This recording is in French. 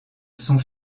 sont